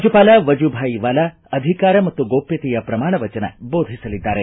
ರಾಜ್ಯಪಾಲ ವಜುಭಾಯ್ ವಾಲಾ ಅಧಿಕಾರ ಮತ್ತು ಗೋಪ್ಕತೆಯ ಪ್ರಮಾಣ ವಚನ ಬೋಧಿಸಲಿದ್ದಾರೆ